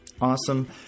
Awesome